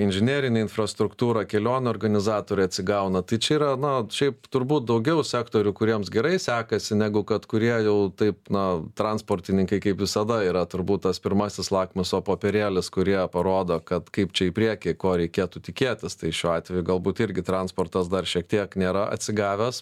inžinerinė infrastruktūra kelionių organizatoriai atsigauna tai čia yra na šiaip turbūt daugiau sektorių kuriems gerai sekasi negu kad kurie jau taip na transportininkai kaip visada yra turbūt tas pirmasis lakmuso popierėlis kurie parodo kad kaip čia į priekį ko reikėtų tikėtis tai šiuo atveju galbūt irgi transportas dar šiek tiek nėra atsigavęs